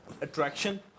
attraction